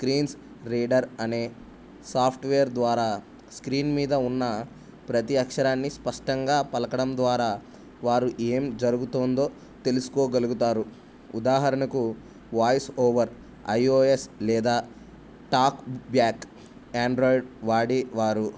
screens reader అనే software ద్వారా screen మీద ఉన్న ప్రతి అక్షరాన్ని స్పష్టంగా పలకడం ద్వారా వారు ఏం జరుగుతోందో తెలుసుకోగలుగుతారు ఉదాహరణకు వాయిస్ ఓవర్ ఐఓఎస్ లేదా టాక్ బ్యాక్ ఆండ్రాయిడ్ వాడి వారు